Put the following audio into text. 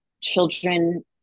Children